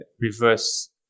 reverse